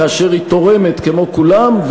כאשר היא תורמת כמו כולם,